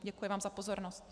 Děkuji vám za pozornost.